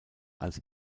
als